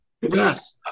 Yes